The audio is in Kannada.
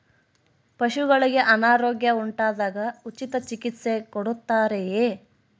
ಪಶುಗಳಿಗೆ ಅನಾರೋಗ್ಯ ಉಂಟಾದಾಗ ಉಚಿತ ಚಿಕಿತ್ಸೆ ಕೊಡುತ್ತಾರೆಯೇ?